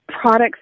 products